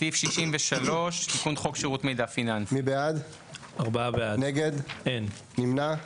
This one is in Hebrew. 4 נמנעים